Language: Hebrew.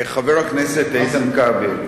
חבר הכנסת איתן כבל,